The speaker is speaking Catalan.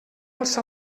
alça